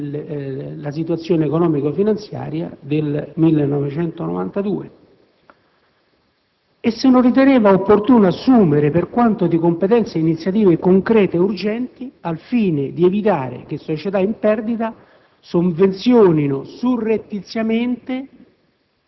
la situazione economico-finanziaria del 1992. Chiedevo inoltre se non riteneva opportuno assumere per quanto di competenza iniziative concrete e urgenti al fine di evitare che società in perdita potessero sovvenzionare surrettiziamente